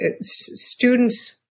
students